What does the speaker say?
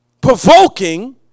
provoking